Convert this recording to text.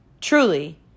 truly